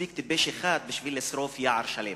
"מספיק טיפש אחד בשביל לשרוף יער שלם".